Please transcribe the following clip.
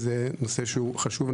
זה נושא חשוב.